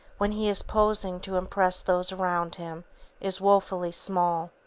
when he is posing to impress those around him is woefully small.